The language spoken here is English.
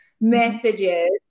messages